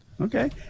Okay